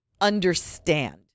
understand